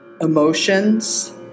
emotions